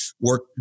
work